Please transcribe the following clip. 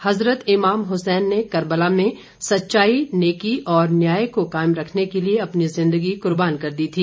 हजरत इमाम हुसैन ने कर्बला में सच्चाई नेकी और न्याय को कायम रखने के लिए अपनी जिंदगी कुर्बान कर दी थी